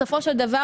בסופו של דבר,